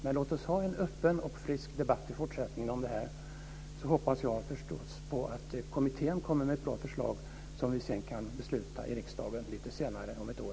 Men låt oss ha en öppen och frisk debatt om detta i fortsättningen, så hoppas jag förstås att kommittén kommer med ett bra förslag som vi kan fatta beslut om i riksdagen om ungefär ett år.